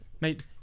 Mate